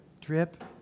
drip